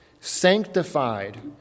sanctified